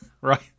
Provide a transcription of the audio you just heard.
right